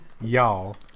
y'all